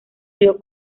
río